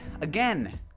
again